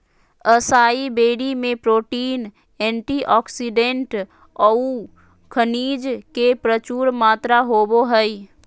असाई बेरी में protein, antioxidant औऊ खनिज के प्रचुर मात्रा होबो हइ